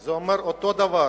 זה אומר אותו דבר: